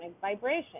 vibration